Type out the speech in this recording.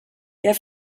der